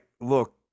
look